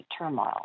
turmoil